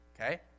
Okay